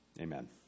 Amen